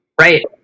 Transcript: right